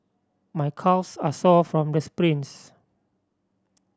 my calves are sore from sprints